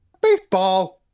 baseball